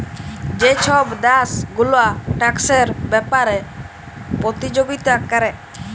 যে ছব দ্যাশ গুলা ট্যাক্সের ব্যাপারে পতিযগিতা ক্যরে